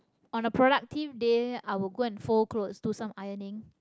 on a productive day I will go and fold clothes do some ironing